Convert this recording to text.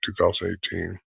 2018